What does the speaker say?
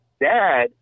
dad